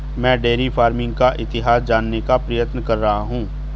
मैं dairy farming का इतिहास जानने का प्रयत्न कर रहा हूं